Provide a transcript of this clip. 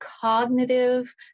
cognitive